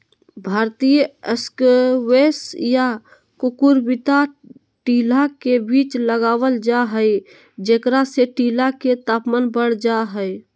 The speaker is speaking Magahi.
भारतीय स्क्वैश या कुकुरविता टीला के बीच लगावल जा हई, जेकरा से टीला के तापमान बढ़ जा हई